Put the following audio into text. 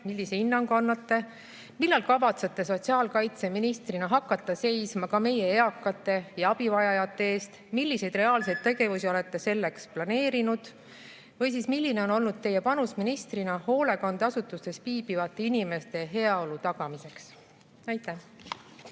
Millise hinnangu annate? Millal kavatsete sotsiaalkaitseministrina hakata seisma ka meie eakate ja abivajajate eest? Milliseid reaalseid tegevusi olete selleks planeerinud? Milline on olnud teie panus ministrina hoolekandeasutustes viibivate inimeste heaolu tagamiseks? Aitäh!